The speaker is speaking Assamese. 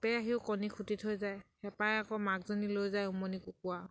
সাপে আহি কণী খুটি থৈ যায় হেপাই আকৌ মাকজনী লৈ যায় উমনি কুকুৰা